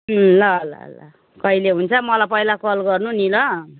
उम् ल ल ल कहिले हुन्छ मलाई पहिला कल गर्नु नि ल